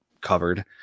covered